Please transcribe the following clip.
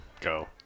go